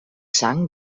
sang